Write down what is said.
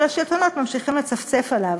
אבל השלטונות ממשיכים לצפצף עליו.